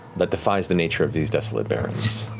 that defies the nature of these desolate barrens.